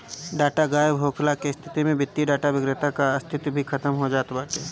data गायब होखला के स्थिति में वित्तीय डाटा विक्रेता कअ अस्तित्व भी खतम हो जात बाटे